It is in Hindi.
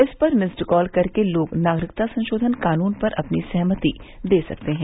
इस पर मिस्डज कॉल करके लोग नागरिकता संशोधन कानून पर अपनी सहमति दे सकते हैं